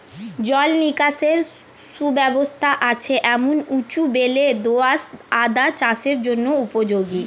জল নিকাশের সুব্যবস্থা আছে এমন উঁচু বেলে দোআঁশ আদা চাষের জন্য উপযোগী